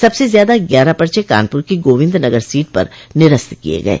सबसे ज्यादा ग्यारह पर्चे कानपुर की गोविन्दनगर सीट पर निरस्त किये गये